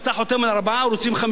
אם אתה חותם על ארבעה ערוצים,